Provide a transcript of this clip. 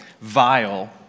vile